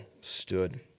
stood